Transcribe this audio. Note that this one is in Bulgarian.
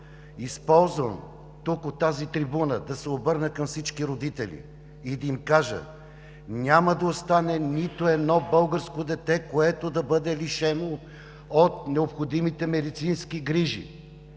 Използвам тук, от тази трибуна, да се обърна към всички родители и да им кажа: няма да остане нито едно българско дете, което да бъде лишено от необходимите медицински грижи!